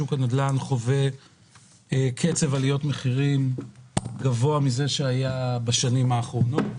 חווה שוק הנדל"ן קצב עליות מחירים גבוה מזה שהיה בשנים האחרונות.